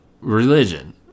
religion